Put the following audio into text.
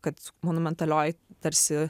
kad monumentalioj tarsi